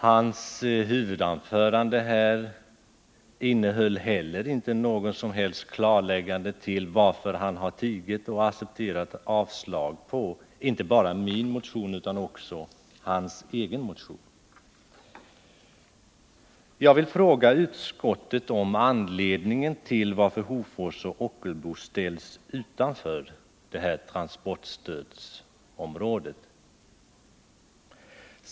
Hans huvudanförande här innehöll heller inte något som helst klarläggande till varför han tigit och accepterat avstyrkandet inte bara av min motion utan även av hans egen motion. Jag vill fråga utskottet om anledningen till att Hofors och Ockelbo ställs utanför transportstödsområdet.